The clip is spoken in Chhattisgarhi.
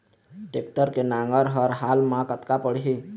टेक्टर के नांगर हर हाल मा कतका पड़िही?